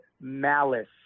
malice